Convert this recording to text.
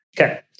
Okay